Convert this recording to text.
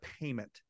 payment